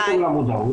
הצבר הזה,